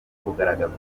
bugaragaza